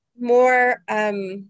more